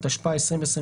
התשפ"א-2021.